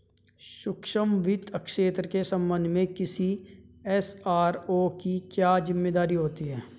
सूक्ष्म वित्त क्षेत्र के संबंध में किसी एस.आर.ओ की क्या जिम्मेदारी होती है?